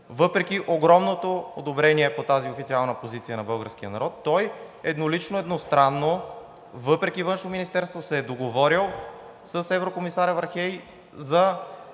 въпреки огромното одобрение по тази официална позиция на българския народ, той еднолично, едностранно, въпреки Външното министерство, се е договорил с еврокомисаря Вархеи за